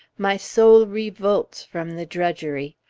my soul revolts from the drudgery.